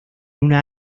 una